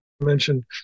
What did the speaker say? mention